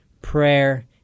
prayer